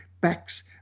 backs